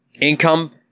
income